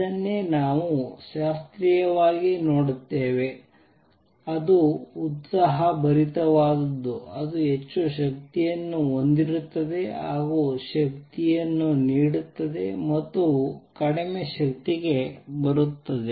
ಇದನ್ನೇ ನಾವು ಶಾಸ್ತ್ರೀಯವಾಗಿ ನೋಡುತ್ತೇವೆ ಅದು ಉತ್ಸಾಹಭರಿತವಾದದ್ದು ಅದು ಹೆಚ್ಚು ಶಕ್ತಿಯನ್ನು ಹೊಂದಿರುತ್ತದೆ ಹಾಗೂ ಶಕ್ತಿಯನ್ನು ನೀಡುತ್ತದೆ ಮತ್ತು ಕಡಿಮೆ ಶಕ್ತಿಗೆ ಬರುತ್ತದೆ